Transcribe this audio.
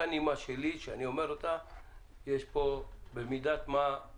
פה אחד תקנות סמכויות מיוחדות להתמודדות